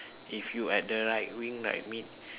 if you at the right wing right mid